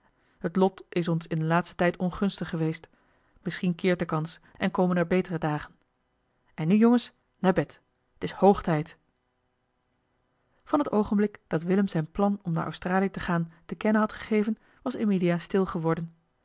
t lot is ons in den laatsten tijd ongunstig geweest misschien keert de kans en komen er betere dagen en nu jongens naar bed t is hoog tijd van het oogenblik dat willem zijn plan om naar australië te gaan te kennen had gegeven was emilia stil geworden